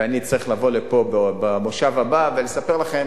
אני צריך לבוא לפה במושב הבא ולספר לכם,